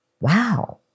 wow